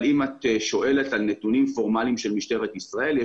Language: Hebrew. אם את שואלת על נתונים פורמליים של משטרת ישראל,